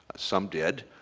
some did.